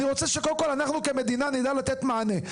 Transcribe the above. אני רוצה שקודם כל אנחנו, כמדינה, נדע לתת מענה.